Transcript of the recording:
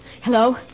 Hello